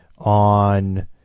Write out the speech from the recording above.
On